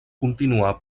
continuar